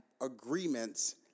agreements